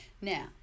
Now